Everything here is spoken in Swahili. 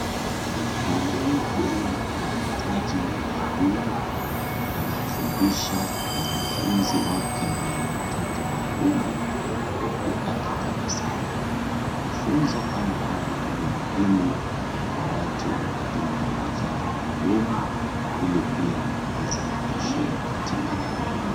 Mwalimu huyu wa mahitaji maalum anamfundisha mwanafunzi wake mwenye mahitaji maalum huku akitabasamu. Mafunzo kama haya ni muhimu kwa watu walio na mahitaji maalum ili pia waweze kutoshea katika jamii.